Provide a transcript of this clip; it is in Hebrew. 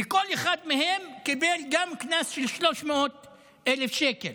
וגם כל אחד מהם קיבל קנס של 300,000 שקלים.